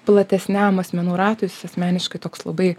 platesniam asmenų ratui asmeniškai toks labai